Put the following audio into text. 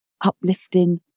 uplifting